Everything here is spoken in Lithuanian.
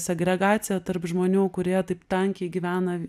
segregacija tarp žmonių kurie taip tankiai gyvena